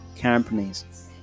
companies